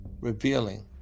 revealing